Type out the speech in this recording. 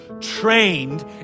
trained